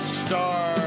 star